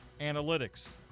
analytics